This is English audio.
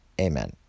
amen